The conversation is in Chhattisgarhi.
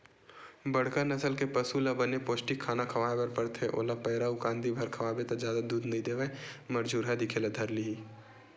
बड़का नसल के पसु ल बने पोस्टिक खाना खवाए बर परथे, ओला पैरा अउ कांदी भर खवाबे त जादा दूद नइ देवय मरझुरहा दिखे ल धर लिही